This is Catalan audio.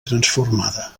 transformada